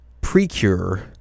Precure